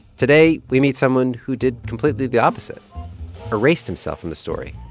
today, we meet someone who did completely the opposite erased himself from the story.